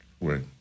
right